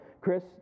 Chris